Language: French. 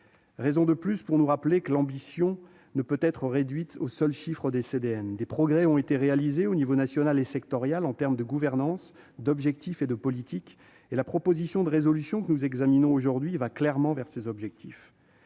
Raison de plus pour nous rappeler que l'ambition ne peut être réduite aux seuls chiffres des CDN. Des progrès ont été réalisés aux niveaux national et sectoriel, en matière de gouvernance, d'objectifs et de politiques et la proposition de résolution que nous examinons est clairement tournée dans